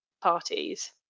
parties